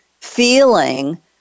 feeling